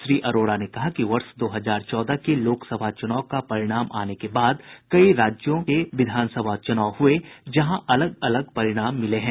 श्री अरोड़ा ने कहा कि वर्ष दो हजार चौदह के लोकसभा चुनाव का परिणाम आने के बाद कई राज्यों में विधानसभा के चुनाव हुये जहां अलग अलग परिणाम मिले हैं